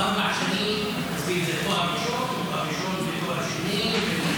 ארבע שנים זה תואר ראשון או תואר ראשון ותואר שני?